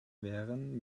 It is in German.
wären